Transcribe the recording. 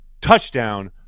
Touchdown